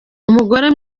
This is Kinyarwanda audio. umugore